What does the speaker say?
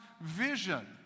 vision